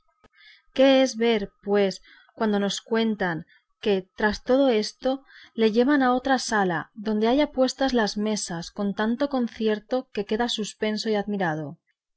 cuando nos cuentan que tras todo esto le llevan a otra sala donde halla puestas las mesas con tanto concierto que queda suspenso y admirado